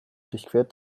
durchquert